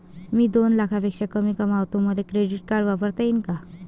मी दोन लाखापेक्षा कमी कमावतो, मले क्रेडिट कार्ड वापरता येईन का?